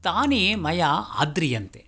तानि मया आद्नियन्ते